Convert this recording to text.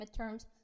midterms